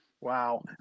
Wow